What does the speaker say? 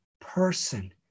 person